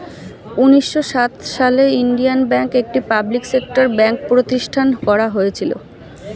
উন্নিশো সাত সালে ইন্ডিয়ান ব্যাঙ্ক, একটি পাবলিক সেক্টর ব্যাঙ্ক প্রতিষ্ঠান করা হয়েছিল